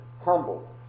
humble